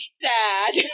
sad